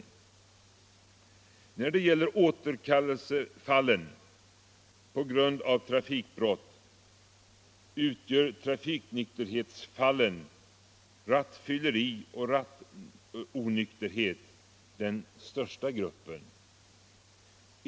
När det gäller återkallelsefallen på grund av trafikbrott utgör trafiknykterhetsfallen — rattfylleri och rattonykterhet — den största gruppen.